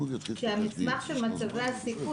שהמסמך של מצבי הסיכון,